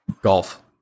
Golf